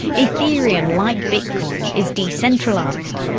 ethereum, like bitcoin, is decentralised,